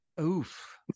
oof